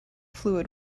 fluid